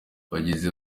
bagize